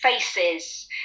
faces